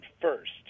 first